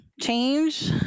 Change